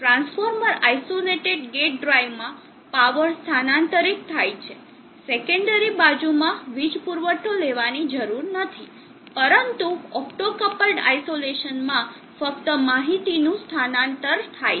transformer isolated gate ડ્રાઇવમાં power સ્થાનાંતરિત થાય છે સેકન્ડરી બાજુમાં વીજ પુરવઠો લેવાની જરૂર નથી પરંતુ ઓપ્ટોક્પ્લ્ડ આઇસોલેશનમાં ફક્ત માહિતી નું સ્થાનાંતરિત થાય છે